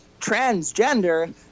transgender